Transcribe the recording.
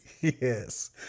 Yes